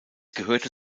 gehörte